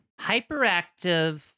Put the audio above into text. Hyperactive